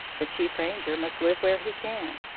the chief ranger must live where he can.